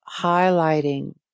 highlighting